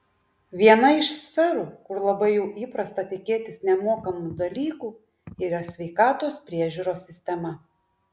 viena iš sferų kur labai jau įprasta tikėtis nemokamų dalykų yra sveikatos priežiūros sistema